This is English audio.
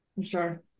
Sure